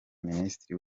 minisitiri